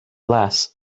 less